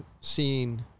seeing